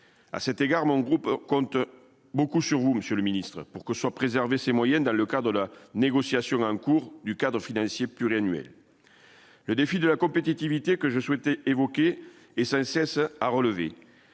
à cet égard, mon groupe compte beaucoup sur vous, monsieur le ministre, pour que soit préservé ses moyennes dans le cas de la négociation d'un cours du cadre financier pluriannuel. Le défi de la compétitivité que je souhaitais évoquer et sans cesse à relever